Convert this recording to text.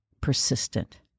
persistent